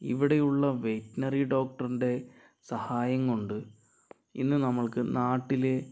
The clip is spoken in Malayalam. ഇവിടെയുള്ള വെറ്റ്നറി ഡോക്ടറിന്റെ സഹായം കൊണ്ട് ഇന്ന് നമ്മൾക്ക് നാട്ടിലെ